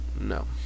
No